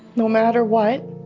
no matter what,